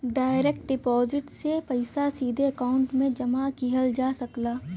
direct deposit से पइसा सीधे अकांउट में जमा किहल जा सकला